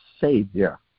Savior